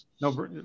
No